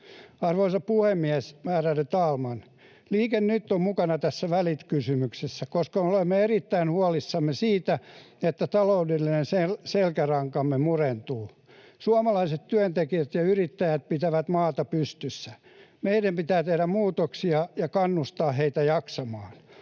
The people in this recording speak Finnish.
Arvoisa puhemies! Ärade talman! Liike Nyt on mukana tässä välikysymyksessä, koska olemme erittäin huolissamme siitä, että taloudellinen selkärankamme murentuu. Suomalaiset työntekijät ja yrittäjät pitävät maata pystyssä. Meidän pitää tehdä muutoksia ja kannustaa heitä jaksamaan.